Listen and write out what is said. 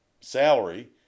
salary